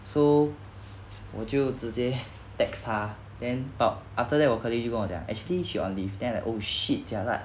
so 我就直接 text 她 then talk after that 我 colleague 就跟我讲 actually she on leave that I was like oh shit jialat